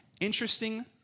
Interesting